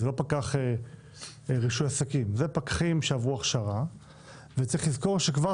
זה לא פקח רישוי עסקים אלה פקחים שעברו הכשרה וצריך לזכור שכבר